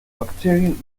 bacterium